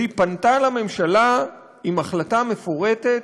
ופנתה לממשלה עם החלטה מפורטת,